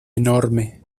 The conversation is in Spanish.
enorme